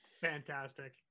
Fantastic